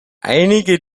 einige